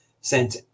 sent